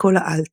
וקול האלט.